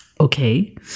Okay